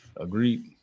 agreed